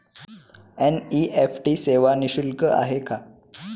NEFT सेवा निःशुल्क आहे का?